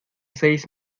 seis